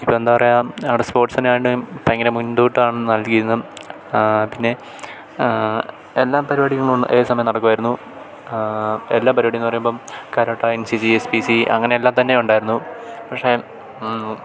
ഇപ്പം എന്താ പറയുക അവിടെ സ്പോർട്സിനാണ് ഭയങ്കര മുൻതൂക്കമാണ് നൽകിയിരുന്നത് പിന്നെ എല്ലാ പരിപാടിയും ഏതു സമയം നടക്കുമായിരുന്നു എല്ലാ പരിപാറ്റിയെന്നു പറയുമ്പം karate N C C S P C അങ്ങനെ എല്ലാം തന്നെ ഉണ്ടായിരുന്നു പക്ഷെ